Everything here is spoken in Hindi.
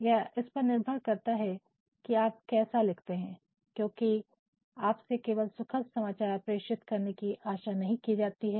यह इस पर निर्भर करता है कि आप कैसा लिखते हैं क्योंकि आपसे केवल सुखद समाचार प्रेषित करने की आशा नहीं की जाती है